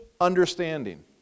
understanding